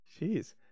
Jeez